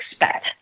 expect